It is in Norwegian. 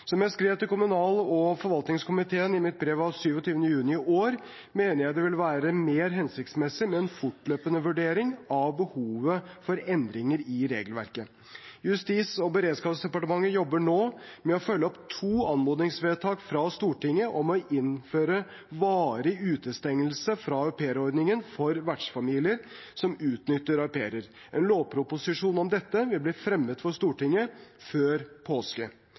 Som jeg skrev til kommunal- og forvaltningskomiteen i mitt brev av 27. juni i år, mener jeg det vil være mer hensiktsmessig med en fortløpende vurdering av behovet for endringer i regelverket. Justis- og beredskapsdepartementet jobber nå med å følge opp to anmodningsvedtak fra Stortinget om å innføre varig utestengelse fra aupairordningen for vertsfamilier som utnytter au pairer. En lovproposisjon om dette vil bli fremmet for Stortinget før påske.